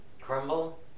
Crumble